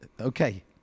okay